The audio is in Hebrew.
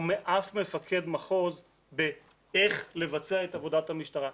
ומאף מפקד מחוז באיך לבצע את עבודת המשטרה.